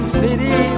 city